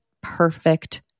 perfect